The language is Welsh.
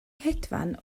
hedfan